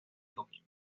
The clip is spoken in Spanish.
coquimbo